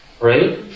Right